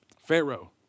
Pharaoh